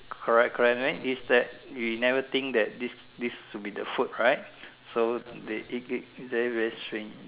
correct correct is that they never think that this this should the food right so they eat it very very strange